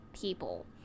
people